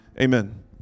Amen